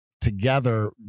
together